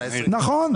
נכון?